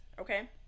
okay